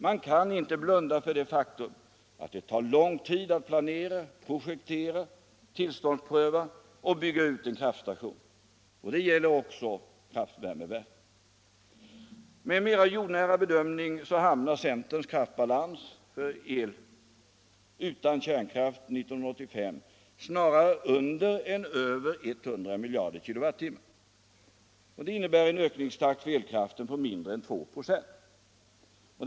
Man kan inte blunda för det faktum att det tar lång tid att planera, projektera, tillståndspröva och bygga ut en kraftstation. Det gäller också kraftvärmeverk. Med en mer jordnära bedömning hamnar centerns kraftbalans för el — utan kärnkraft — för 1985 snarare under än över 100 miljarder kWh. Det innebär en ökningstakt för elkraften på mindre än 2 96.